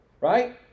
right